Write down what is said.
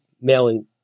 mailing